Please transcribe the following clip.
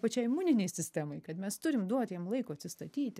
pačiai imuninei sistemai kad mes turim duoti jiems laiko atsistatyti